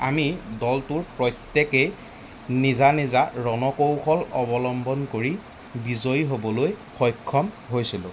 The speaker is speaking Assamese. আমি দলটোৰ প্ৰত্যেকেই নিজা নিজা ৰণকৌশল অৱলম্বন কৰি বিজয়ী হ'বলৈ সক্ষম হৈছিলোঁ